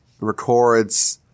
records